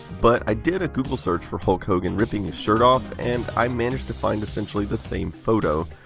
but i did a google search for hulk hogan ripping his shirt off and i managed to find essentially the same photo.